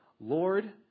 Lord